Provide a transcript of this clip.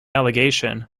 allegation